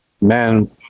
man